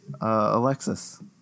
Alexis